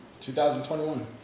2021